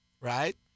right